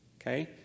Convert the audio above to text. Okay